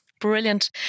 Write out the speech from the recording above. brilliant